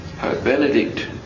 Benedict